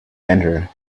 enter